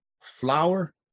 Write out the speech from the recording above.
flour